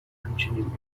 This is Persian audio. همچنین